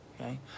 Okay